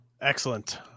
excellent